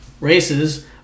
races